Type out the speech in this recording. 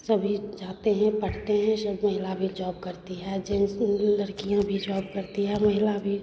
सभी जाते हैं पढ़ते हैं सब महिला भी जॉब करती है जेन्स लड़कियाँ भी जॉब करती है और महिला भी